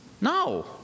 no